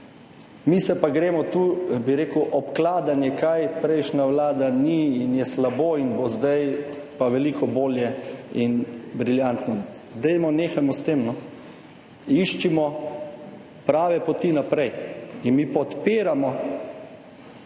mi se pa gremo tu, bi rekel, obkladanje, kaj prejšnja vlada ni in je slabo in bo zdaj pa veliko bolje in briljantno. Dajmo, nehajmo s tem, no. Iščimo prave poti naprej. In mi podpiramo